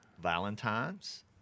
Valentine's